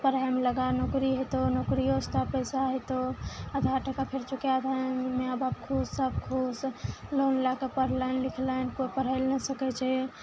पढ़ैमे लगा नौकरी हेतौ नौकरियो सऽ तोरा पैसा हेतौ आधा टका फिर चुका दहुन मैआ बाप खुश सब खुश लोन लए कऽ पढ़लनि लिखलनि कोइ पढ़य लए नहि सकय छै